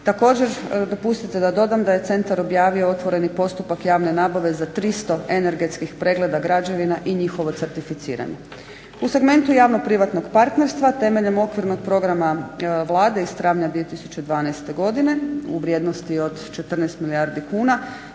Također dopustite da dodam da je centar objavio otvoreni postupak javne nabave za 300 energetskih pregleda građevina i njihovo certicifiranje. U segmentu javno privatnog partnerstva temeljem okvirnog programa Vlade iz travnja 2012.godine u vrijednosti od 14 milijardi kuna